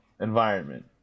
environment